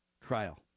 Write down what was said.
trial